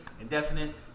indefinite